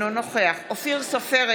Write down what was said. אינו נוכח אופיר סופר,